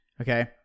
Okay